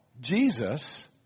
Jesus